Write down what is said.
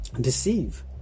deceive